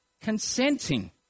consenting